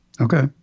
okay